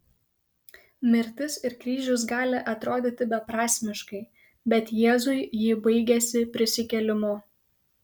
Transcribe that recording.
mirtis ir kryžius gali atrodyti beprasmiškai bet jėzui ji baigėsi prisikėlimu